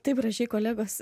taip gražiai kolegos